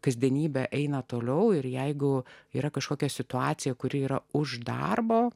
kasdienybė eina toliau ir jeigu yra kažkokia situacija kuri yra už darbo